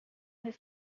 his